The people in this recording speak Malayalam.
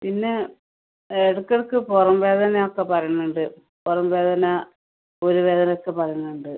പിന്നെ ഇടക്കെടക്ക് പുറം വേദനയൊക്കെ പറയുന്നുണ്ട് പുറം വേദന മേൽ വേദനയൊക്കെ പറയുന്നുണ്ട്